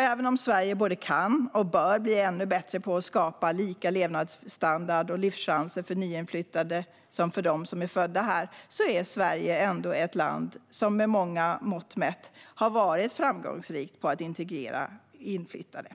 Även om Sverige både kan och bör bli ännu bättre på att skapa lika levnadsstandard och livschanser för nyinflyttade som för dem som är födda här är Sverige ändå ett land som med många mått mätt har varit framgångsrikt på att integrera inflyttade.